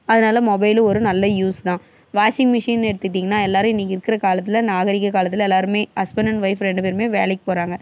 அதனால் மொபைலு ஒரு நல்ல யூஸ் தான் வாஷிங் மிஷின் எடுத்துகிட்டிங்னா எல்லோரும் இன்னைக்கி இருக்கிற காலத்தில் நாகரீக காலத்தில் எல்லோருமே ஹஸ்பண்ட் அண்ட் ஒய்ஃப் ரெண்டு பேரும் வேலைக்கு போகிறாங்க